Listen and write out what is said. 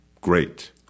great